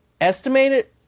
estimated